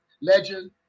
legend